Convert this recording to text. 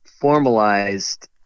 formalized